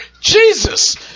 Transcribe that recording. Jesus